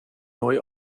neu